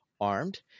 armed